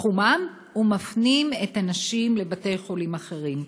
בתחומם ומפנים את הנשים לבתי-חולים אחרים.